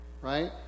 right